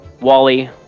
Wally